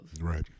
right